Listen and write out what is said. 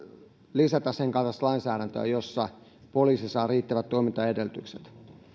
lisätä sen kaltaista lainsäädäntöä jossa poliisi saa riittävät toimintaedellytykset